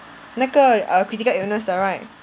那个 err critical illness 的 right